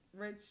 rich